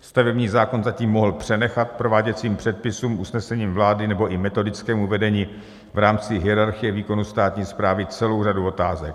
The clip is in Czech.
Stavební zákon zatím mohl přenechat prováděcím předpisům, usnesením vlády nebo i metodickému vedení v rámci hierarchie výkonu státní správy celou řadu otázek.